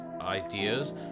ideas